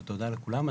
תודה לכולם.